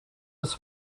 his